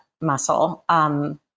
muscle